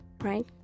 right